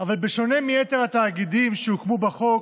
אבל בשונה מיתר התאגידים שהוקמו בחוק,